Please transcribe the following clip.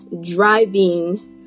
driving